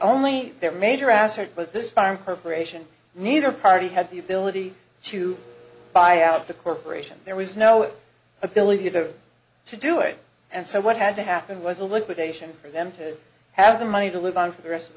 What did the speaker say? only their major assets but this foreign corporation neither party had the ability to buy out the corporation there was no ability to to do it and so what had to happen was a liquidation for them to have the money to live on for the rest of